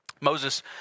Moses